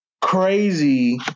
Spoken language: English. crazy